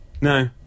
No